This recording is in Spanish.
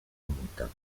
aumentado